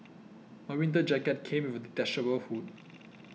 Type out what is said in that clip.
my winter jacket came with a detachable hood